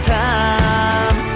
time